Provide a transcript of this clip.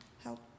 Help